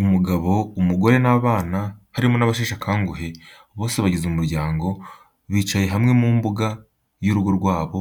Umugabo, umugore n'abana, harimo n'abasheshe akanguhe, bose bagize umuryango bicaye hamwe mu mbuga y'urugo rwabo,